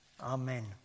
Amen